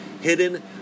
hidden